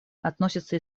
относится